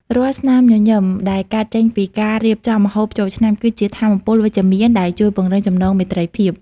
រាល់ស្នាមញញឹមដែលកើតចេញពីការរៀបចំម្ហូបចូលឆ្នាំ គឺជាថាមពលវិជ្ជមានដែលជួយពង្រឹងចំណងមេត្រីភាព។